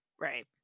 Right